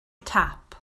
tap